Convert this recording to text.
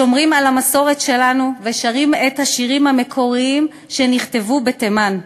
שומרים על המסורת שלנו ושרים את השירים המקוריים שנכתבו בתימן.